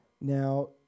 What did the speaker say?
Now